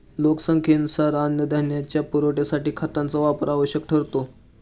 लोकसंख्येनुसार अन्नधान्याच्या पुरवठ्यासाठी खतांचा वापर आवश्यक ठरतो